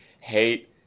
hate